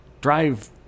Drive